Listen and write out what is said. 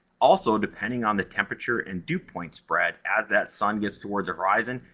also, depending on the temperature and dew point spread, as that sun gets towards the horizon,